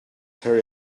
hurry